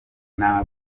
biba